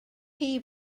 chi